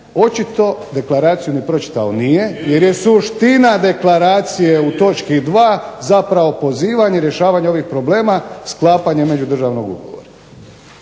Očito deklaraciju ni pročitao nije, jer je suština deklaracije u točki 2. zapravo pozivanje rješavanja ovih problema sklapanjem međudržavnog ugovora.